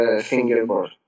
fingerboard